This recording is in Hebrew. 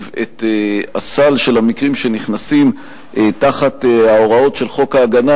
את הסל של המקרים שנכנסים תחת ההוראות של חוק ההגנה,